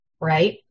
right